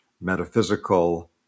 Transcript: metaphysical